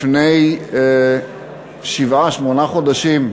לפני שבעה-שמונה חודשים,